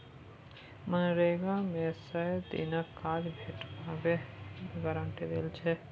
मनरेगा मे सय दिनक काज भेटबाक गारंटी देल जाइ छै